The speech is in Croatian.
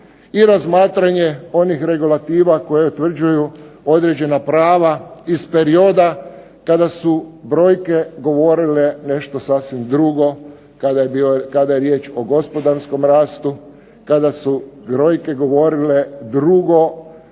i razmatranje onih regulativa koje utvrđuju određena prava iz perioda kada su brojke govorile nešto sasvim drugo kada je riječ o gospodarskom rastu, kada su brojke govorile drugo